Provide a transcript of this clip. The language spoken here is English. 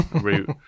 route